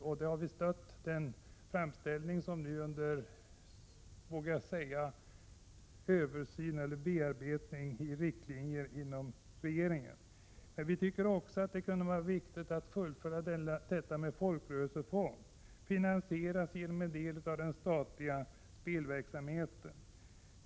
Inom regeringskansliet bereds nu en framställning från riksdagen om närmare överväganden av möjligheterna att skapa en eller flera kulturfonder. Men vi tycker också att det är viktigt att man fullföljer tanken på en folkrörelsefond, finansierad genom en del av vinsterna på den statliga spelverksamheten.